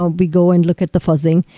ah we go and look at the fuzzing,